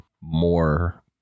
more